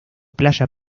playa